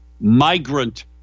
migrant